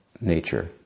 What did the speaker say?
nature